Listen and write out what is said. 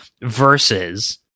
Versus